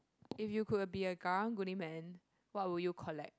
if you could be a karang guni man what would you collect